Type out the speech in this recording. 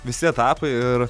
visi etapai ir